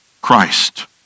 Christ